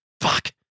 Fuck